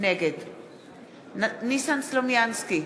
נגד ניסן סלומינסקי,